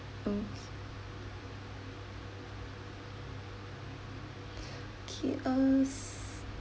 okay K uh